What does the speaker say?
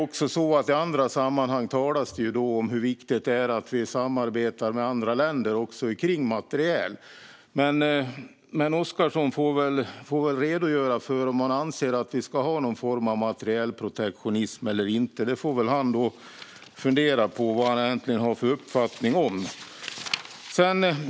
I andra sammanhang talas det om hur viktigt det är att vi samarbetar med andra länder också kring materiel. Men Oscarsson får väl redogöra för om han anser att vi ska ha någon form av materielprotektionism eller inte. Han får fundera på vad han egentligen har för uppfattning om detta.